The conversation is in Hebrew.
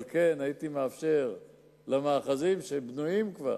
אבל כן הייתי מאפשר למאחזים שכבר בנויים.